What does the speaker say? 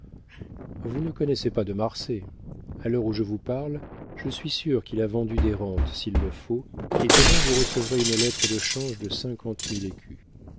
vous ne connaissez pas de marsay a l'heure où je vous parle je suis sûr qu'il a vendu des rentes s'il le faut et demain vous recevrez une lettre de change de cinquante mille